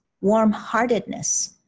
warm-heartedness